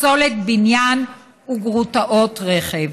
פסולת בניין וגרוטות רכב.